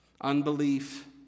unbelief